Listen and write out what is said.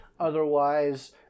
Otherwise